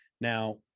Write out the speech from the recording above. now